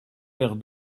verre